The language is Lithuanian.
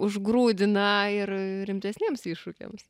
užgrūdina ir rimtesniems iššūkiams